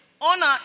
Honor